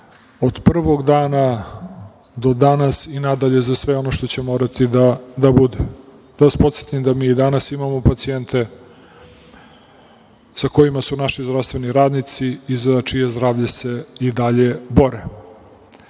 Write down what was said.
od prvog dana do danas i nadalje za sve ono što će morati da bude. Da vas podsetim da mi i danas imamo pacijente sa kojima su naši zdravstveni radnici i za čije zdravlje se i dalje